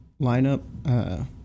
lineup